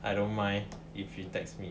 I don't mind if she text me